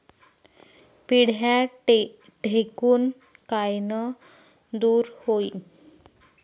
पिढ्या ढेकूण कायनं दूर होईन?